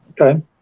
Okay